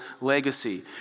legacy